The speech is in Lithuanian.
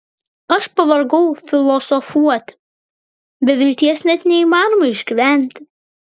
aš pavargau filosofuoti be vilties net neįmanoma išgyventi